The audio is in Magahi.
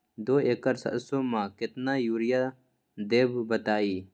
दो एकड़ सरसो म केतना यूरिया देब बताई?